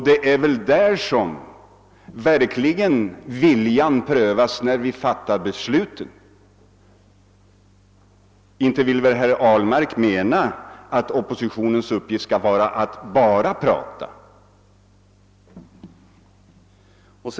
Det är när vi fattar besluten som viljan verkligen prövas. Inte vill väl herr Ahlmark mena att oppositionens uppgift bara skall vara att prata?